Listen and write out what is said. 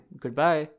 goodbye